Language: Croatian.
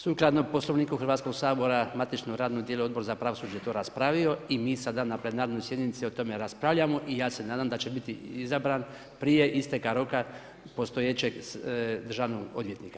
Sukladno Poslovniku Hrvatskog sabora matično radno tijelo Odbor za pravosuđe je to raspravio i mi sada na plenarnoj sjednici o tome raspravljamo i ja se nadam da će biti izabran prije isteka roka postojećeg državnog odvjetnika.